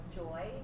joy